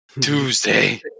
Tuesday